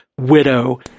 Widow